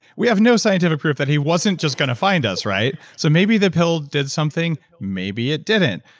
we have no scientific proof that he wasn't just going to find us, right? so maybe the pill did something maybe it didn't,